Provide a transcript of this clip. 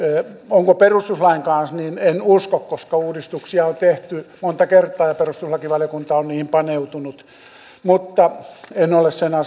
onko perustuslain kanssa niin en usko koska uudistuksia on tehty monta kertaa ja perustuslakivaliokunta on niihin paneutunut mutta en ole sen